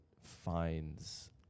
finds